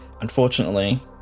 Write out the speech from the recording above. unfortunately